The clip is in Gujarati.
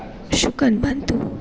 શુકન બનતું